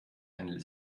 ein